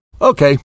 Okay